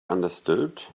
understood